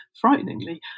frighteningly